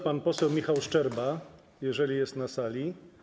Pan poseł Michał Szczerba, jeżeli jest na sali.